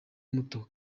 muto